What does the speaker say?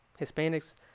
Hispanics